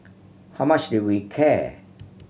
how much did we care